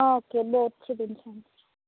okay both చూపించండి